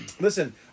Listen